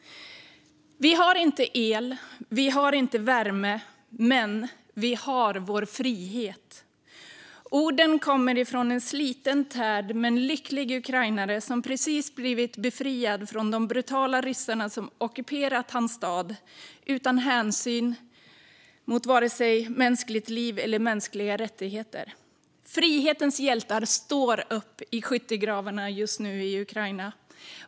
"Vi har inte el. Vi har inte värme. Men vi har vår frihet!" Orden kommer från en sliten och tärd men lycklig ukrainare som precis blivit befriad från de brutala ryssarna, som ockuperat hans stad utan hänsyn till mänskligt liv eller mänskliga rättigheter. Frihetens hjältar står just nu upp i skyttegravarna i Ukraina.